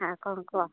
ଆଉ କ'ଣ କୁହ